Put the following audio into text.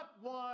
one